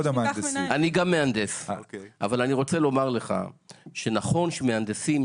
אני גם מהנדס אבל אני רוצה לומר לך שנכון שהמהנדסים,